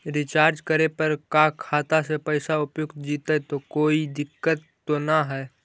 Recharge करे पर का खाता से पैसा उपयुक्त जितै तो कोई दिक्कत तो ना है?